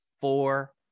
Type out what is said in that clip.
four